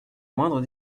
moindre